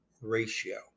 ratio